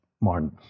Martin